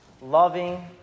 loving